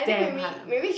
damn hard